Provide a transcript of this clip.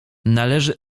należy